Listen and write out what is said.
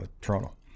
Toronto